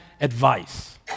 advice